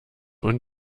und